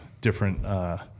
different